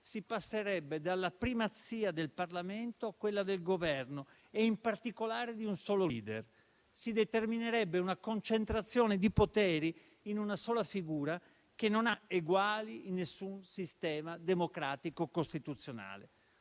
si passerebbe dalla primazia del Parlamento a quella del Governo e, in particolare, di un solo *leader*. Si determinerebbe una concentrazione di poteri in una sola figura che non ha eguali in alcun sistema democratico costituzionale.